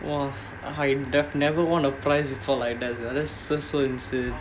!wah! I'm def~ never won a prize for like that that's just so insane